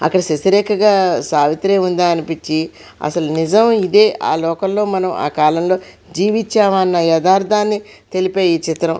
అక్కడ శశిరేఖగా సావిత్రి ఉందా అనిపించి అసలు నిజం ఇదే ఆ లోకంలో మనం ఆ కాలంలో జీవించామా అన్న యదార్దాన్నితెలిపే ఈ చిత్రం